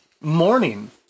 Morning